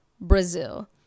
Brazil